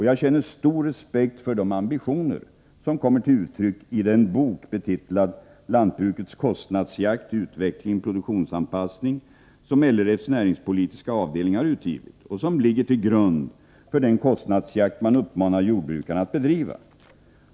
Jag känner stor respekt för de ambitioner som kommer till uttryck i den bok betitlad Lantbrukets kostnadsjakt — utveckling, produktionsanpassning, som LRF:s näringspolitiska avdelning har givit ut och som ligger till grund för den kostnadsjakt man uppmanar jordbrukarna att bedriva.